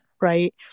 right